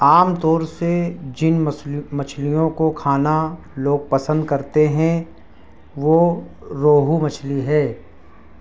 عام طور سے جن مچھلیوں کو کھانا لوگ پسند کرتے ہیں وہ روہو مچھلی ہے